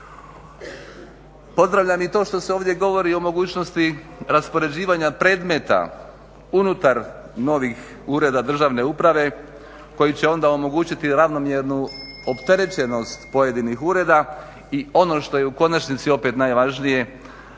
Pozdravljam i to što se ovdje govori o mogućnosti raspoređivanja predmeta unutar novih ureda državne uprave koji će onda omogućiti ravnomjernu opterećenost pojedinih ureda i ono što je u konačnici opet najvažnije,